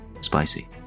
Spicy